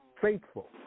faithful